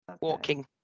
walking